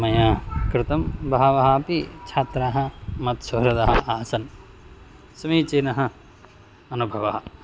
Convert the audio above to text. मया कृतं बहवः अपि छात्राः मत्सुहृदाः आसन् समीचीनः अनुभवः